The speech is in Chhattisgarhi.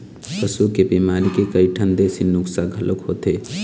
पशु के बिमारी के कइठन देशी नुक्सा घलोक होथे